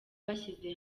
bashyize